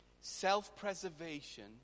Self-preservation